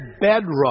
bedrock